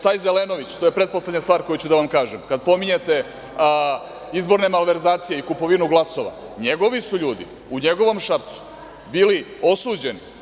Taj Zelenović, to je pretposlednja stvar koju ću da vam kažem, kada pominjete izborne malverzacije i kupovinu glasova, njegovi su ljudi u njegovom Šapcu bili osuđeni.